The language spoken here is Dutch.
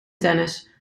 tennis